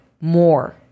more